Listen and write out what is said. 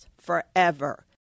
forever